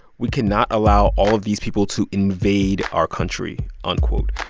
we cannot allow all of these people to invade our country, unquote.